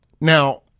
Now